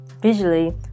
visually